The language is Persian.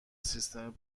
سیستم